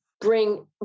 bring